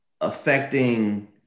affecting